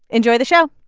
enjoy the show